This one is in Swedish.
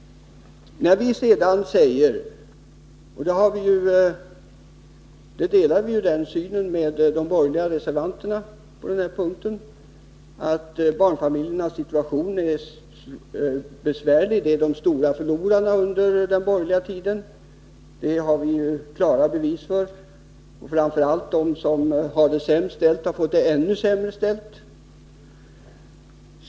Vi säger — och vi delar den synen med de borgerliga reservanterna — att barnfamiljernas situation är besvärlig. De är de stora förlorarna under den borgerliga tiden. Det har vi klara bevis för — och framför allt för att de som hade det sämst ställt har fått det ännu sämre ställt.